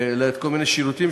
נותנים שם כל מיני שירותים,